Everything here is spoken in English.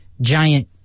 giant